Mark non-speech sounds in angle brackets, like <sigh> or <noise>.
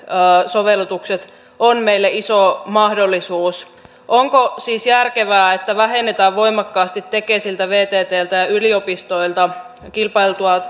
sovellutukset ovat meille iso mahdollisuus onko siis järkevää että vähennetään voimakkaasti tekesiltä vttltä ja yliopistoilta kilpailtua <unintelligible>